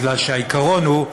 מפני שהעיקרון הוא: